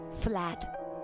flat